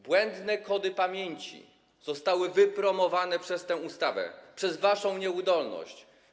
Błędne kody pamięci zostały wypromowane przez tę ustawę przez waszą nieudolność.